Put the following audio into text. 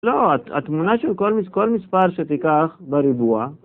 לא, התמונה של כל מספר שתיקח ברבוע